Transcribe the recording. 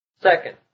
Second